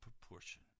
proportion